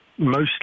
mostly